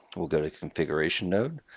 we'll go to configuration node,